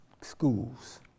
schools